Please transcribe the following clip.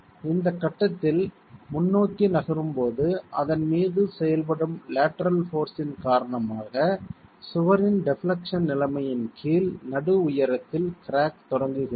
எனவே இந்த கட்டத்தில் முன்னோக்கி நகரும் போது அதன் மீது செயல்படும் லேட்டரல் போர்ஸ்ஸின் காரணமாக சுவரின் டெப்லெக்சன் நிலைமையின் கீழ் நடு உயரத்தில் கிராக் தொடங்குகிறது